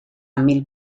mil